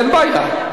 אין בעיה.